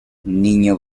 niño